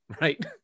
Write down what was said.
Right